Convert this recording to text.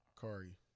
Kari